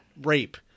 rape